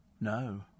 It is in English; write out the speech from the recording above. No